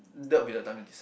that will be the time to decide